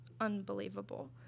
unbelievable